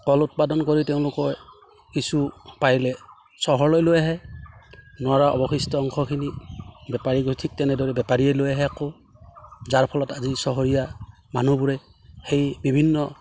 কল উৎপাদন কৰি তেওঁলোকৰ কিছু পাৰিলে চহৰলৈ লৈ আহে নোৱাৰা অৱশিষ্ট অংশখিনি বেপাৰী গৈ ঠিক তেনেদৰে বেপাৰীয়ে লৈ আহে আকৌ যাৰ ফলত আজি চহৰীয়া মানুহবোৰে সেই বিভিন্ন